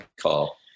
call